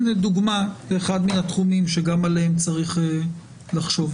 הנה דוגמה לאחד מהתחומים שגם עליהם צריך לחשוב.